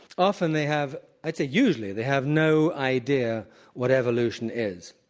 often, they have i'd say usually they have no idea what evolution is.